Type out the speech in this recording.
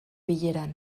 bileran